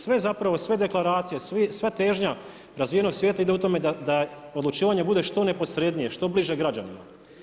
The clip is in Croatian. Sve zapravo, sve deklaracija, sva težnja razvijenog svijeta ide u tome da odlučivanje bude što neposrednije, što bliže građanima.